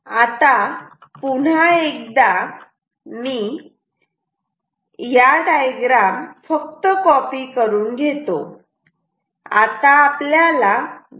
आता पुन्हा एकदा मी या डायग्राम फक्त कॉपी करून घेतो